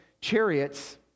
chariots